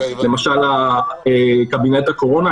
למשל קבינט הקורונה.